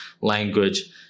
language